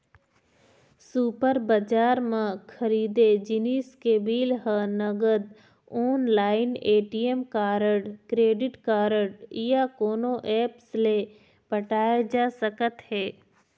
super बजार म खरीदे जिनिस के बिल ह नगद, online, ATM card, credit card या कोनो ऐप्स ले पटाए जा सकत हे